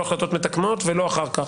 מועדים אחרים ולא החלטות מתקנות ולא אחר כך.